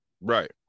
Right